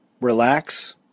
relax